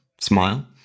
Smile